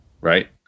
right